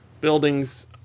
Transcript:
buildings